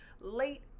late